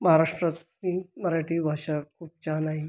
महाराष्ट्रातील मराठी भाषा खूप छान आहे